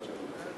תן לו עוד,